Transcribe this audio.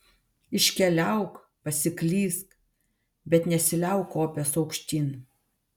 iškeliauk pasiklysk bet nesiliauk kopęs aukštyn